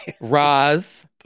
Roz